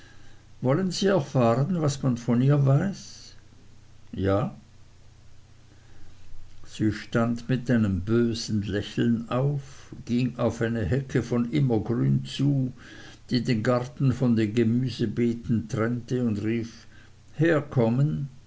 wollen sie erfahren was man von ihr weiß ja sie stand mit einem bösen lächeln auf ging auf eine hecke von immergrün zu die den garten von den gemüsebeeten trennte und rief herkommen